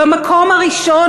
במקום הראשון.